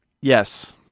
Yes